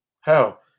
Hell